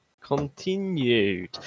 continued